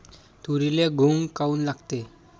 तुरीले घुंग काऊन लागते?